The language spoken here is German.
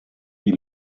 die